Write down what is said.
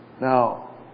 Now